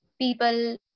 people